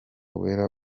wera